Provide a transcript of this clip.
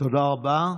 תודה רבה.